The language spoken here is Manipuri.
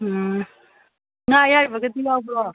ꯎꯝ ꯉꯥ ꯑꯌꯥꯏꯕꯒꯗꯤ ꯌꯥꯎꯕ꯭ꯔꯣ